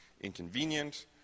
inconvenient